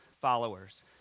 followers